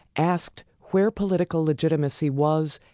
asked where political legitimacy was,